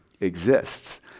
exists